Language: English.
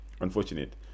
unfortunate